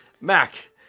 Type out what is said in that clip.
Mac